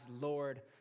Lord